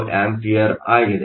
5 μA ಆಗಿದೆ